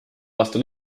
aasta